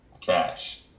Cash